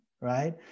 Right